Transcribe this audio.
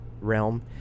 realm